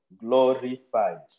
glorified